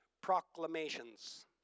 proclamations